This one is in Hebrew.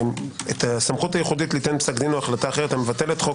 את הסמכות הייחודית ליתן פסק דין או החלטה אחרת המבטלת חוק